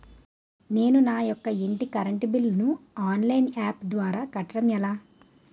నేను నా యెక్క ఇంటి కరెంట్ బిల్ ను ఆన్లైన్ యాప్ ద్వారా కట్టడం ఎలా?